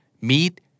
meet